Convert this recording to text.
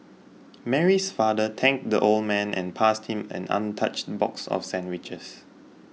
Mary's father thanked the old man and passed him an untouched box of sandwiches